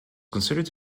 considered